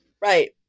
right